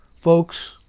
folks